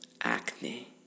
acne